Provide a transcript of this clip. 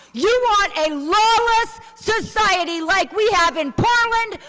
you want a lawless society like we have in portland,